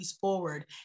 forward